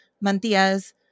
mantillas